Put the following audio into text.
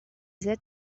sat